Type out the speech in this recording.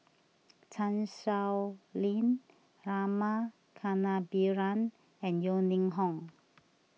Chan Sow Lin Rama Kannabiran and Yeo Ning Hong